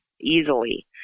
easily